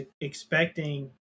expecting